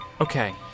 Okay